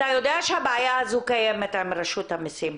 אתה יודע שהבעיה הזאת קיימת עם רשות המסים.